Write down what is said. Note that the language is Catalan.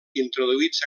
introduïts